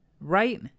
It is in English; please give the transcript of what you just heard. right